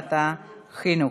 בוועדת החינוך.